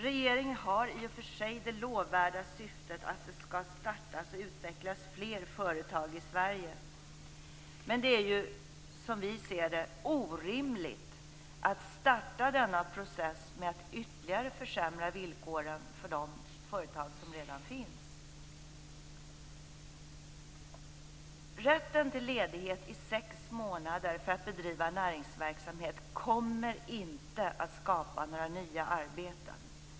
Regeringen har i och för sig det lovvärda syftet att det skall startas och utvecklas fler företag i Sverige, men det är som vi ser det orimligt att starta denna process med att ytterligare försämra villkoren för de företag som redan finns. Rätten till ledighet i sex månader för att bedriva näringsverksamhet kommer inte att skapa några nya arbeten.